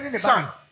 son